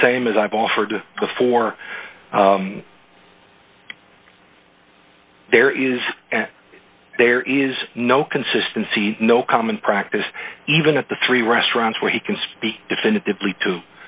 the same as i've offered before there is there is no consistency no common practice even at the three restaurants where he can speak definitively to